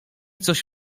coś